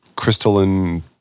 crystalline